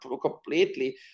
completely